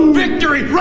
victory